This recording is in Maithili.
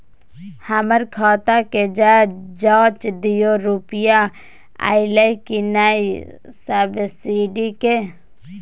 हमर खाता के ज जॉंच दियो रुपिया अइलै की नय सब्सिडी के?